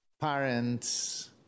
parents